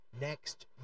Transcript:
next